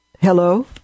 Hello